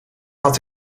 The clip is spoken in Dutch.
had